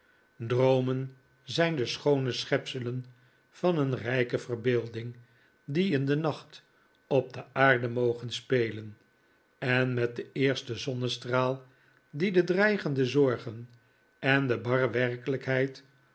droomen zijn de schoone schepselen van een rijke verbeelding die in den nacht op de aarde mogen spelen en met den eersten zonnestraal die de dreigende zorgen en de barre werkelijkheid